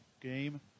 game